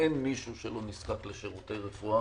אין מישהו שלא נזקק לשירותי רפואה